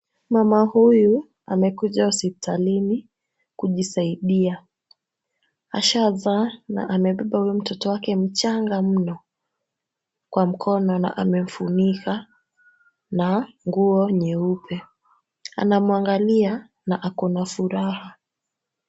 Mama huyu amekuja hospitalini kujisaidia. Ashazaa na amebeba huyo mtoto wake mchanga mno kwa mkono na amemfunika na nguo nyeupe. Anamwangalia na ako na furaha.